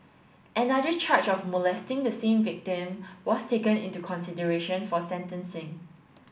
another charge of molesting the same victim was taken into consideration for sentencing